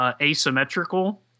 asymmetrical